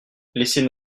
laissez